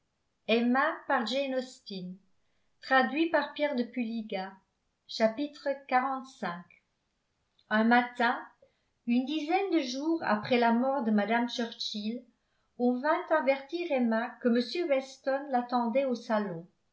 un matin une dizaine de jours après la mort de mme churchill on vint avertir emma que m weston l'attendait au salon